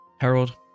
Harold